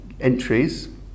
entries